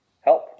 help